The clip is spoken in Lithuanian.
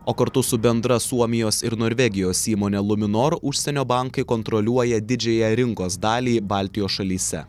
o kartu su bendra suomijos ir norvegijos įmone luminor užsienio bankai kontroliuoja didžiąją rinkos dalį baltijos šalyse